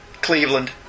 Cleveland